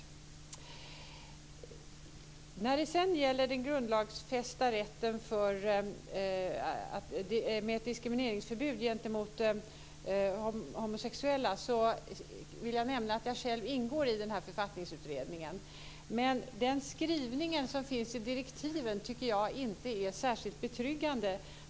Sedan var det frågan om ett grundlagsfäst diskrimineringsförbud mot homosexuella. Jag ingår i Författningsutredningen. Den skrivning som finns i direktiven anser jag inte vara särskilt betryggande.